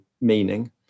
meaning